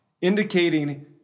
indicating